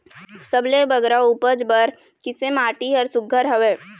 सबले बगरा उपज बर किसे माटी हर सुघ्घर हवे?